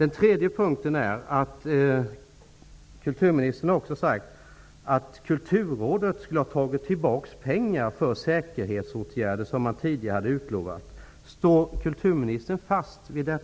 För det tredje: Kulturministern har också sagt att Kulturrådet skulle ha tagit tillbaka pengar som tidigare hade utlovats för säkerhetsåtgärder. Står kulturministern fast vid det